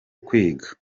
kwiga